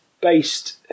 based